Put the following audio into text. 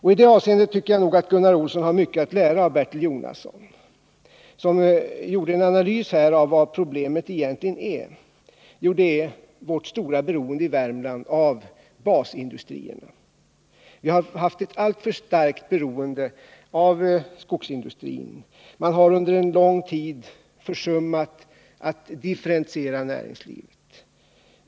I det avseendet tycker jag att Gunnar Olsson har mycket att lära av Bertil Jonasson, som gjorde en analys av problemet. Och problemet är det stora beroendet i Värmland av basindustrierna. Vi har haft ett alltför starkt beroende av skogsindustrin. Man har under en lång tid försummat att differentiera näringslivet.